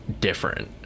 different